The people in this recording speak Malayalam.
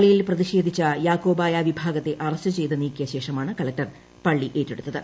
പള്ളിയിൽ പ്രതിഷേധിച്ച യാക്കോബായ വിഭാഗത്തെ അറസ്റ്റ് ചെയ്തു നീക്കിയ ശേഷമാണ് കളക്ടർ പള്ളി ഏറ്റെടുത്തത്